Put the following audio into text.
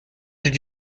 did